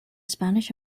spanish